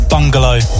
Bungalow